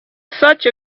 such